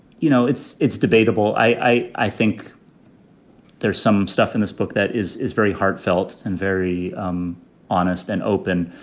you know, it's it's debatable. i i think there's some stuff in this book that is is very heartfelt and very um honest and open.